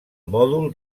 mòdul